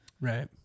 Right